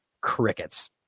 Crickets